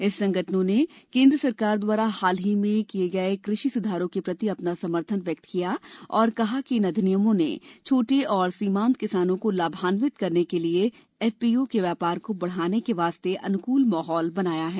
इन संगठनों ने केंद्र सरकार द्वारा हाल में किए गए कृषि सुधारों के प्रति अपना समर्थन व्यक्त किया और कहा कि इन अधिनियमों ने छोटे और सीमांत किसानों को लाभान्वित करने के लिए एफपीओ के व्यापार को बढ़ाने के वास्ते अनुकूल माहौल बनाया है